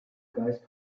geist